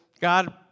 God